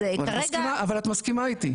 אז את מסכימה איתי?